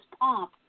pomp